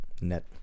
net